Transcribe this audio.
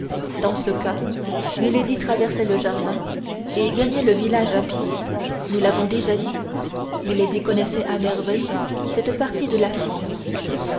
dans ce cas milady traversait le jardin et gagnait le village à pied nous l'avons dit déjà milady connaissait à merveille cette partie de la france